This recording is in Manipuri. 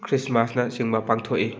ꯈ꯭ꯔꯤꯁꯃꯥꯁꯅ ꯆꯤꯡꯕ ꯆꯥꯡꯊꯣꯛꯏ